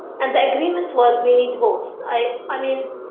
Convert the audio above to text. and the agreement was we need both. i i mean,